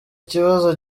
kibazo